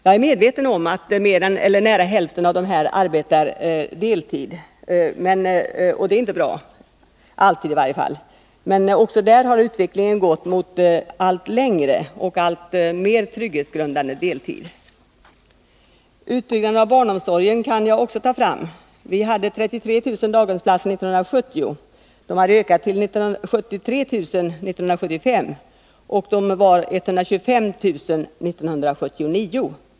Jag är medveten om att nära hälften av dessa arbetar deltid, och det är inte alltid bra, men utvecklingen har stadigt gått mot längre — och mer trygghetsgrundande — deltid. Utbyggnaden av barnomsorgen kan också nämnas. Vi hade 33 000 daghemsplatser 1970. De hade ökat till 73 000 år 1975, och de var 125 000 år 1979.